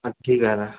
ठीक आहे ना